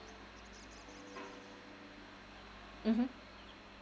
mmhmm